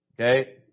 okay